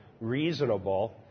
reasonable